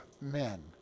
men